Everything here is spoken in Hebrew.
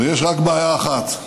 ויש רק בעיה אחת: